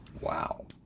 Wow